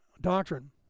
doctrine